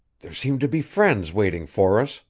there seem to be friends waiting for us,